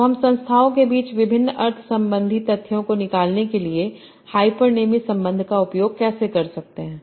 तो हम संस्थाओं के बीच विभिन्न अर्थ संबंधी तथ्यों को निकालने के लिए हाइपरनेमी संबंध का उपयोग कैसे करते हैं